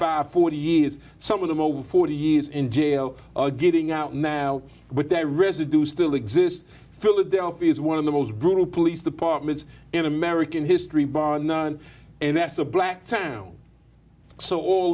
or forty years some of them over forty years in jail are getting out now with their residue still exist philadelphia's one of the most brutal police departments in american history bar none and that's a black town so all